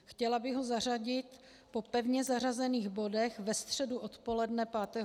Chtěla bych ho zařadit po pevně zařazených bodech ve středu odpoledne 5.